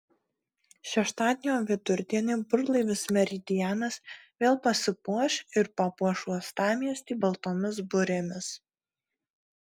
šeštadienio vidurdienį burlaivis meridianas vėl pasipuoš ir papuoš uostamiestį baltomis burėmis